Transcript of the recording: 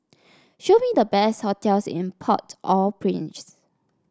show me the best hotels in Port Au Prince